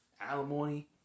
Alimony